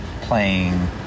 playing